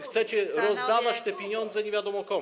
Chcecie rozdawać te pieniądze nie wiadomo komu.